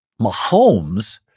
Mahomes